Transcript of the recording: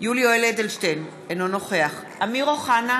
יולי יואל אדלשטיין, אינו נוכח אמיר אוחנה,